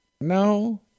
no